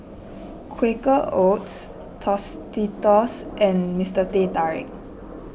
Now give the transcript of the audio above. Quaker Oats Tostitos and Mister Teh Tarik